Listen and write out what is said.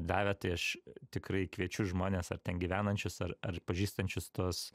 davė tai aš tikrai kviečiu žmones ar ten gyvenančius ar ar pažįstančius tuos